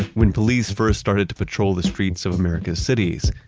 when police first started to patrol the streets of america's cities,